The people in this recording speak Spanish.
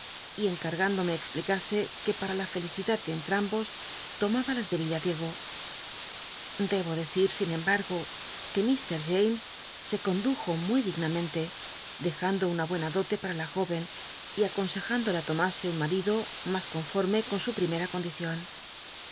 y cnearg indome explicase que para la felicidad de cn trambos lomaba las de villadiego debo decir sin embargo que mr james se cond ujo muy dignamente dejando una buena dote pma la jó en y aconsejándola tomase un marido mas conforme con su primera condicion